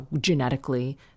genetically